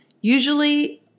usually